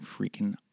freaking